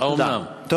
האומנם, האומנם.